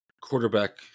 quarterback